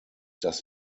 das